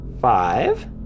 Five